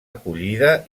acollida